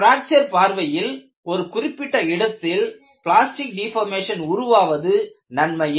fracture பார்வையில் ஒரு குறிப்பிட்ட இடத்தில் பிளாஸ்டிக் டிபோர்மேஷன் உருவாவது நன்மையே